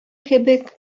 кебек